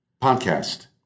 podcast